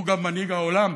הוא גם מנהיג העולם,